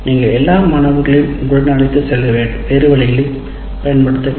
நீங்கள் எல்லா மாணவர்களையும் உங்களுடன் அழைத்துச் செல்ல வேறு வழிகளைப் பயன்படுத்த வேண்டும்